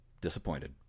Disappointed